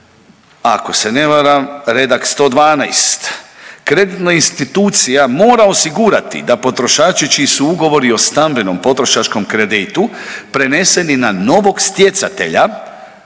ako se ne varam redak 112, kreditna institucija mora osigurati da potrošači čiji su ugovori o stambenom potrošačkom kreditu preneseni na novog stjecatelja